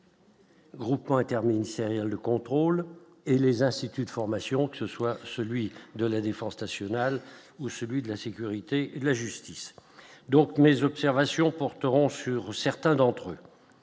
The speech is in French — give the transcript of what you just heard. cap. Groupement interministériel de contrôle et les instituts de formation, que ce soit celui de la Défense nationale ou celui de la sécurité et la justice, donc mes observations porteront sur certains d'entre eux,